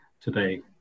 today